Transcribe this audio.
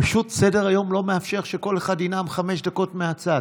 פשוט סדר-היום לא מאפשר שכל אחד ינאם חמש דקות מהצד.